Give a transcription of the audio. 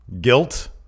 guilt